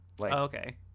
Okay